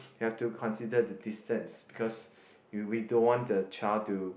you have to consider the distance because we we don't want the child to